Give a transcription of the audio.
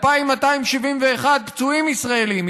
2,271 פצועים ישראלים,